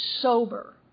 sober